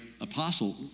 apostle